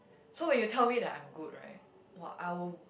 so when you tell me that I'm good right !wah! I will